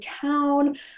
town